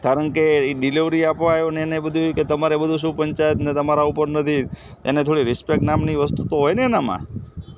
કારણ કે એ ડિલિવરી આપવા આવ્યો ને એને બધું કે તમારે બધું શું પંચાત ને તમારા ઉપર નથી એને થોડી રિસ્પેક્ટ નામની વસ્તુ તો હોય ને એનામાં